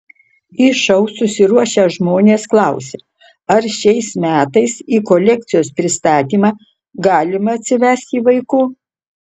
į šou susiruošę žmonės klausia ar šiais metais į kolekcijos pristatymą galima atsivesti vaikų